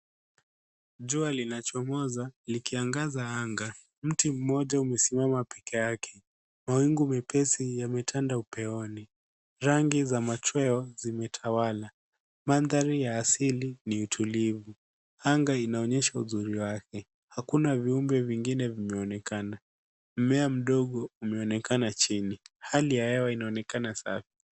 Jua linachomaza likiangaza angaa, miti mmoja imesimama pekee yake. Mawingu mepezi yamedanda upeoni. Rangi za majewo zimetawala, maandari ya asili ni tulivu. Angaa inaonyesha uzuri wake. Hakuna viumbe wengine vinaonekana, mimea midogo umeonekana jini, hali ya hewa inaonekana safi.